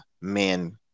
men